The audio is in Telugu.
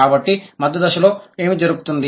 కాబట్టి మధ్య దశలో ఏమి జరుగుతుంది